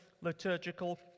liturgical